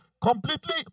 completely